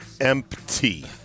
empty